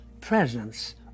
presence